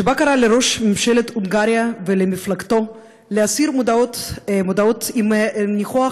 שבה קרא לראש ממשלת הונגריה ולמפלגתו להסיר מודעות עם ניחוח